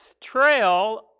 trail